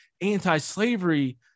anti-slavery